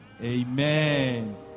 Amen